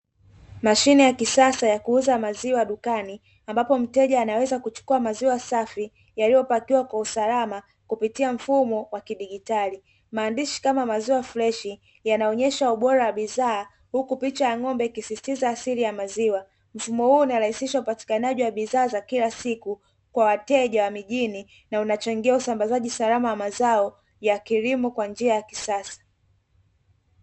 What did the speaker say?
Mashine ya kisasa ya kuuza maziwa dukani ambapo mteja anaweza kuchukua maziwa safi yaliyopakiwa kwa usalama kupitia mfumo wa kidijitali, maandishi kama maziwa freshi yanaonyesha ubora wa bidhaa huku picha ya ng'ombe kisisitiza asili ya maziwa mfumo huu unarahisishwa upatikanaji wa bidhaa za kila siku kwa wateja wa mijini na unachangia usambazaji usalama wa mazao ya kilimo kwa njia ya kisasa.